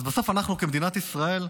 אז בסוף אנחנו כמדינת ישראל,